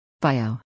Bio